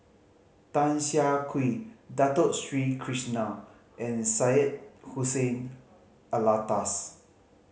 Tan Siah Kwee Dato Sri Krishna and Syed Hussein Alatas